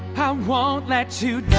how well that to